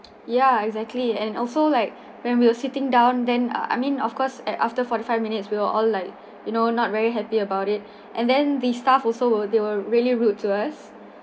yeah exactly and also like when we were sitting down then I mean of course at after forty-five minutes we are all like you know not very happy about it and then the staff also will they were really rude to us